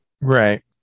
Right